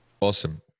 Awesome